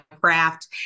craft